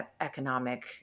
economic